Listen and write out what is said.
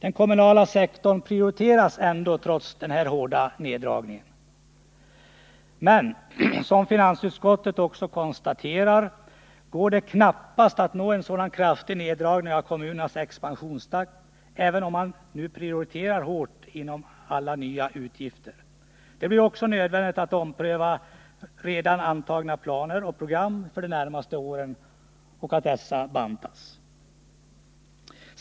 Den kommunala sektorn prioriteras ändå trots den hårda neddragningen. Men som finansutskottet också konstaterar går det knappast att nå en sådan kraftig neddragning av kommunernas expansionstakt, även om man prioriterar hårt bland alla nya utgifter. Det blir också nödvändigt att ompröva redan antagna planer och program för de närmaste åren och att banta dessa.